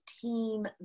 team